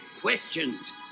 questions